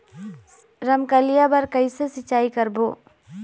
रमकलिया बर कइसे सिचाई करबो?